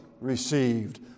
received